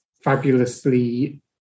fabulously